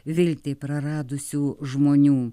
viltį praradusių žmonių